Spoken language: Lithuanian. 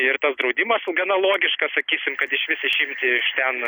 ir tas draudimas gana logiškas sakysim kad išvis išimti iš ten